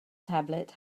tablet